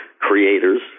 creators